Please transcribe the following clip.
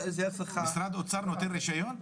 לי --- משרד אוצר נותן רשיון?